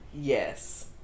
Yes